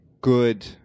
good